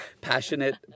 passionate